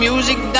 Music